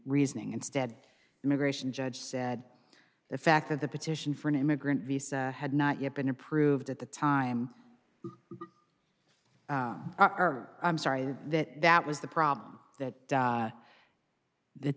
reasoning instead immigration judge said the fact that the petition for an immigrant visa had not yet been approved at the time are i'm sorry that that was the problem that that that